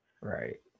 right